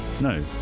no